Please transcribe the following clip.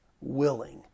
willing